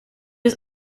was